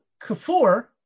Kafur